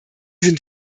sind